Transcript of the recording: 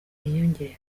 yiyongera